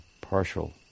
partial